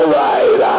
right